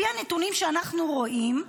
לפי הנתונים שאנחנו רואים,